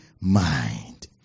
mind